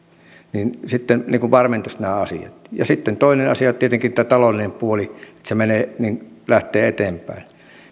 niin sitten varmentaisi nämä asiat sitten toinen asia on tietenkin tämä taloudellinen puoli että se lähtee eteenpäin